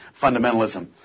fundamentalism